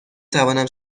توانم